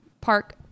Park